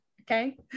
Okay